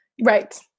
Right